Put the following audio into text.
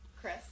Chris